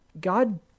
God